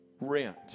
rent